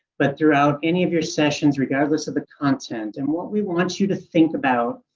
but throughout any of your sessions, regardless of the content and what we want you to think about.